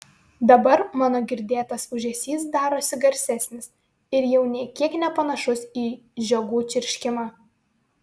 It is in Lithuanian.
dabar mano girdėtas ūžesys darosi garsesnis ir jau nė kiek nepanašus į žiogų čirškimą